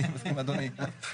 אני מסכים עם אדוני.